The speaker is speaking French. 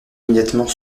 immédiatement